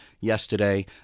yesterday